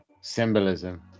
Symbolism